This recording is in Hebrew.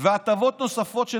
והטבות נוספות,